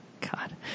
god